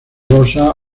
rosa